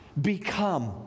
Become